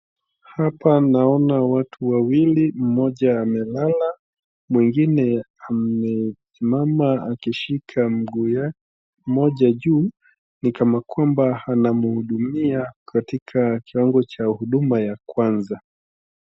Hapa naona watu wawili, mmoja amelala, mwingine amesimama akishika mguu yake mmoja juu, ni kana kwamba anamhudumia katika kiwango cha huduma ya kwanza.